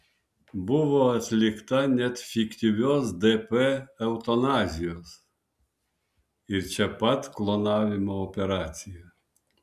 buvo atlikta net fiktyvios dp eutanazijos ir čia pat klonavimo operacija